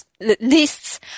lists